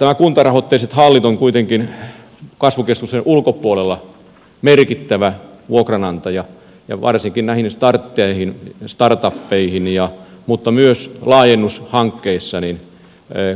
nämä kuntarahoitteiset hallit ovat kuitenkin kasvukeskusten ulkopuolella merkittäviä vuokranantajia ja varsinkin näihin startteihin startupeihin mutta myös laajennushankkeissa